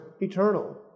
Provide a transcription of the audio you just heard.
eternal